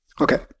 Okay